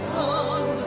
hello.